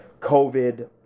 COVID